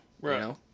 Right